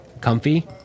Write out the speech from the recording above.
Comfy